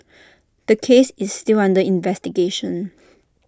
the case is still under investigation